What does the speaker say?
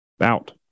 out